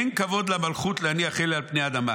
אין כבוד למלכות להניח אלה על פני האדמה.